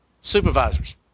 Supervisors